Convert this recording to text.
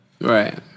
Right